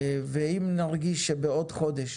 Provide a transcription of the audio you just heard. ואם נרגיש שבעוד חודש